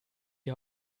die